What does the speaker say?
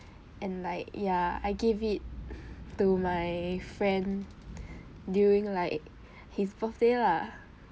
and like ya I gave it to my friend during like his birthday lah